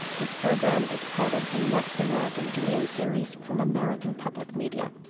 this program is part of the next american dream series from american public media.